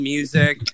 Music